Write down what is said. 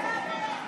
איזה קרע?